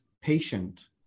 patient